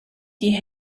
die